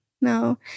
no